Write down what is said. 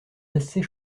assez